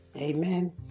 Amen